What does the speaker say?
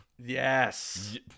Yes